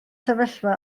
sefyllfa